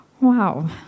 Wow